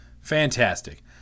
Fantastic